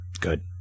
Good